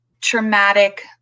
traumatic